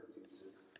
produces